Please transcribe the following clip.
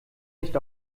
nicht